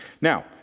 now